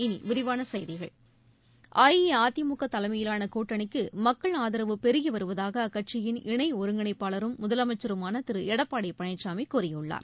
இனி விரிவான செய்திகள் அஇஅதிமுக தலைமையிலான கூட்டணிக்கு மக்கள் ஆதரவு பெருகி வருவதாக அக்கட்சியின் இணை ஒருங்கிணைப்பாளரும் முதலமைச்சருமான திரு எடப்பாடி பழனிசாமி கூறியுள்ளார்